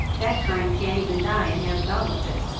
that kind can't even die and have done with it.